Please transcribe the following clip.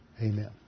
Amen